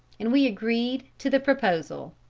and we agreed to the proposal.